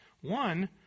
one